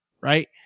Right